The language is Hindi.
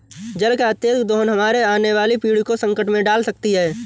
जल का अत्यधिक दोहन हमारे आने वाली पीढ़ी को संकट में डाल सकती है